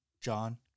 John